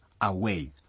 away